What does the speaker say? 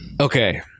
Okay